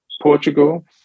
Portugal